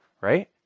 right